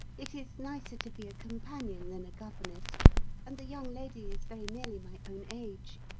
it is nicer to be a companion than a governess and the young lady is very nearly my own age.